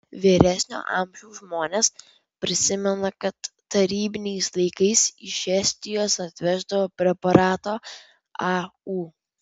vyresnio amžiaus žmonės prisimena kad tarybiniais laikais iš estijos atveždavo preparato au